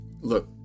look